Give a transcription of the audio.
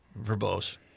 verbose